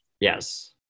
Yes